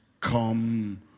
come